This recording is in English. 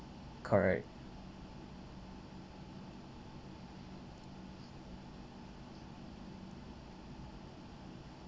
correct